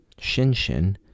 Shinshin